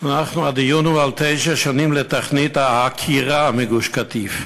הדיון הוא על תשע שנים לתוכנית העקירה מגוש-קטיף.